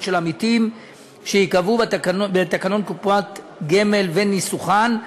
של עמיתים שייקבעו בתקנון קופת גמל וניסוחן.